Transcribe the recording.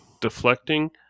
deflecting